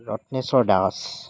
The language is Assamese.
ৰত্নেশ্বৰ দাস